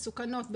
מסוכנות,